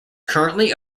currently